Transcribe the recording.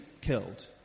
killed